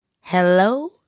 Hello